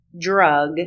drug